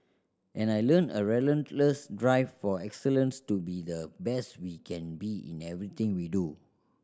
and I learnt a relentless drive for excellence to be the best we can be in everything we do